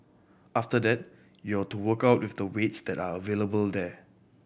after that you're to work out with the weights that are available there